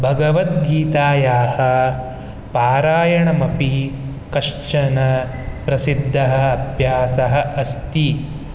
भगवद्गीतायाः पारायणमपि कश्चन प्रसिद्धः अभ्यासः अस्ति